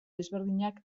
desberdinak